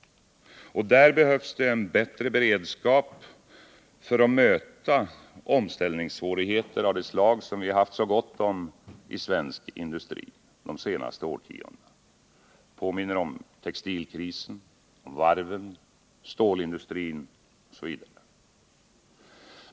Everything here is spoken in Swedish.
Där behövs det en bättre beredskap för att möta omställningssvårigheter av det slag som vi haft så gott om i svensk industri de senaste årtiondena. Jag påminner om textilindustrin, varven, stålindustrin osv.